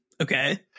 Okay